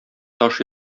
таш